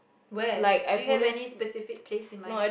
where do you have any specific place in mind